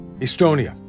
Estonia